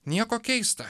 nieko keista